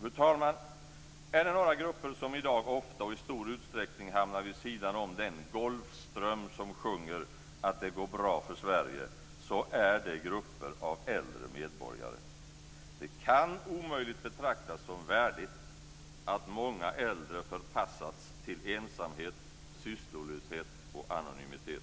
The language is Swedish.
Fru talman! Är det några grupper som i dag ofta och i stor utsträckning hamnar vid sidan av den golfström som sjunger att det går bra för Sverige så är det grupper av äldre medborgare. Det kan omöjligt betraktas som värdigt att många äldre förpassats till ensamhet, sysslolöshet och anonymitet.